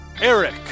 eric